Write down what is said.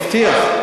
מבטיח.